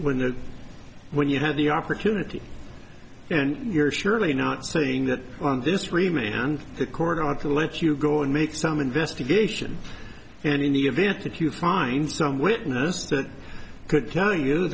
when the when you had the opportunity and you're surely not saying that on this remaining hand the court ought to let you go and make some investigation and in the event that you find some witness that could tell you